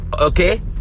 okay